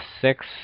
six